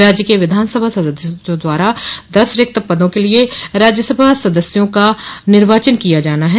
राज्य के विधानसभा सदस्यों द्वारा दस रिक्त पदों के लिए राज्यसभा सदस्यों का निर्वाचन किया जाना है